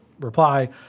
reply